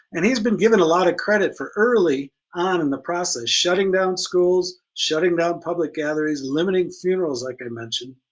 and he's been given a lot of credit for early on in the process shutting down schools, shutting down public gatherings, limiting funerals, like i mentioned,